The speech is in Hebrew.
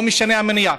לא משנה המניע.